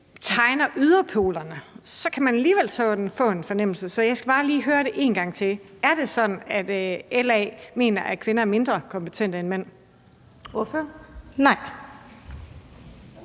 tegner yderpolerne, så kan man alligevel få den fornemmelse. Så jeg skal bare lige høre det en gang til: Er det sådan, at LA mener, at kvinder er mindre kompetente end mænd?